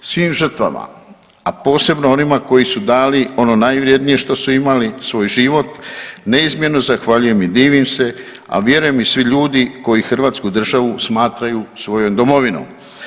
Svim žrtvama a posebno onima koji su dali ono najvrednije što su imali svoj život neizmjerno zahvaljujem i divim se, a vjerujem i svi ljudi koji hrvatsku državu smatraju svojom Domovinom.